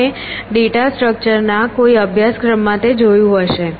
તમે data structure ના કોઈ અભ્યાસક્રમ માં તે જોયું હશે